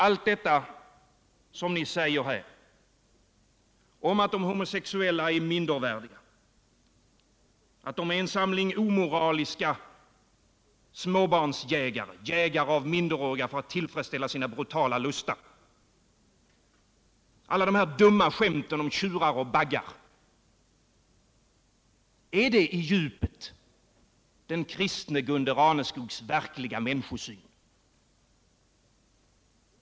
Allt detta som ni säger här om att de homosexuella är mindervärdiga, att de är en samling omoraliska småbarnsjägare — jägare av minderåriga för att tillfredsställa sina lustar — alla dessa dumma skämt öm tjurar och baggar, är det den kristne Gunde Raneskogs verkliga människosyn?